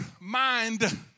mind